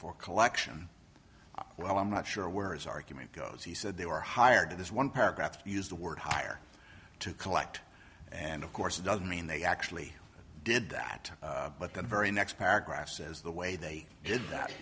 for collection well i'm not sure where his argument goes he said they were hired to this one paragraph to use the word higher to collect and of course it doesn't mean they actually did that but the very next paragraph says the way they did that